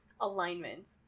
alignment